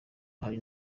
hari